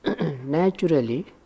naturally